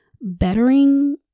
bettering